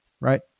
Right